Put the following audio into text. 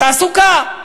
תעסוקה.